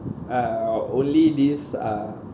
uh only this ah